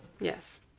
Yes